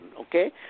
okay